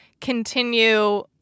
continue